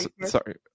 Sorry